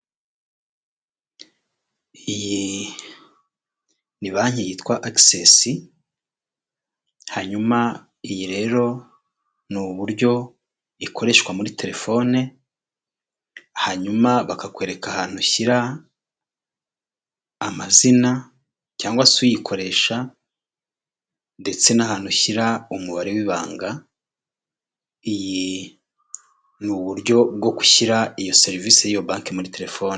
N'icyapa cyo ku muhanda hejuru hari ikiriho umurongo hejuru hari ikintu kibyimbye hameze nk'umusozi, munsi yacyo har' ikiriho abana, n'umukobwa, n'umuhungu ndetse na metero ijana hari igare rihaparitse imbere yaho hari amatara y'amamodoka, biragaragara yuko ari nijoro.